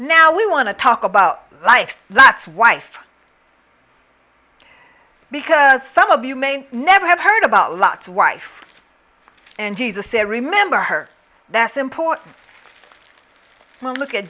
now we want to talk about life that's wife because some of you may never have heard about lot's wife and jesus i remember her that's important to look at